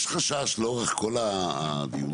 יש חשש לאורך כל הדיונים.